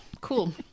cool